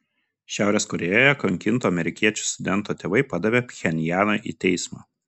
šiaurės korėjoje kankinto amerikiečių studento tėvai padavė pchenjaną į teismą